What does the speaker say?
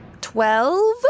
Twelve